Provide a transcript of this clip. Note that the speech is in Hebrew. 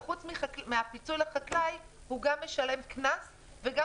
וחוץ מהפיצוי לחקלאי הוא גם משלם קנס וגם